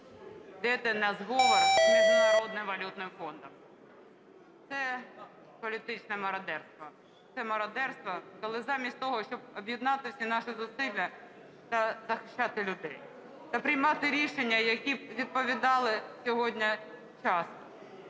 йдете на зговір з Міжнародним валютним фондом. Це політичне мародерство. Це мародерство, коли заміть того, щоб об'єднати всі наші зусилля та захищати людей, та приймати рішення які б відповідали сьогодні часу.